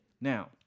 Now